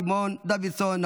סימון דוידסון,